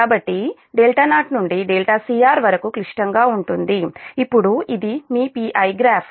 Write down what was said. కాబట్టి0 నుండి cr వరకు క్లిష్టంగా ఉంటుంది ఇప్పుడు ఇది మీ Pi గ్రాఫ్